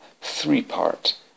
three-part